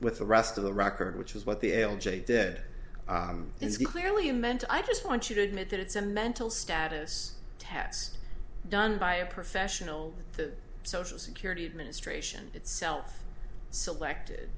with the rest of the record which is what the l j dead is clearly you meant i just want you to admit that it's a mental status tests done by a professional the social security administration itself selected